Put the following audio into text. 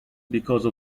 because